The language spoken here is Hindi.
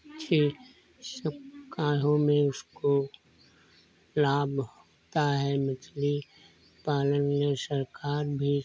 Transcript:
अच्छे सब कार्यों में उसको लाभ होता है मछली पालन में सरकार भी